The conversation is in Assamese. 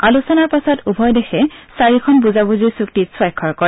আলোচনাৰ পাছত উভয় দেশে চাৰিখন বুজাবুজিৰ চুক্তিত স্বাক্ষৰ কৰে